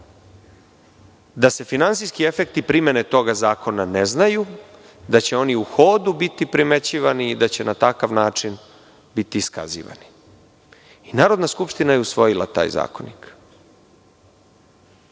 da se finansijski efekti primene toga zakona ne znaju, da će oni u hodu biti primećivani i da će na takav način biti iskazivani i Narodna skupština je usvojila taj zakonik. Istine